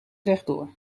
rechtdoor